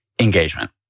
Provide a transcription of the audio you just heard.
engagement